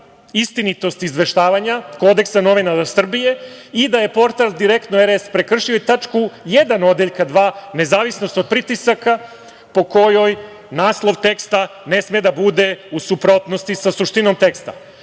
istinitost izveštavanja Kodeksa novinara Srbije i da je portal „Direktno RS“ prekršio i tačku 1. odeljka 2. – nezavisnost od pritisaka, po kojoj naslov teksta ne sme da bude u suprotnosti sa suštinom teksta. Ko